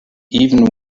even